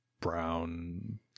brown